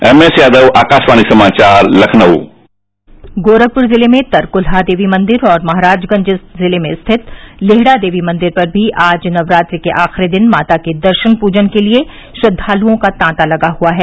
MS Yadav Akashvani समाचार लखनऊ गोरखपुर जिले में तरकूलहा देवी मंदिर और महराजगंज जिले में स्थित लेहड़ा देवी मंदिर पर भी आज नवरात्र के आखिरी दिन माता के दर्शन पूजन के लिए श्रद्वालुओं का तांता लगा हुआ है